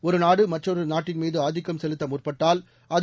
ஒருநாடு மற்றொரு நாட்டின் மீது ஆதிக்கம் செலுத்த முற்பட்டால் அது